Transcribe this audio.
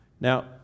Now